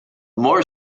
more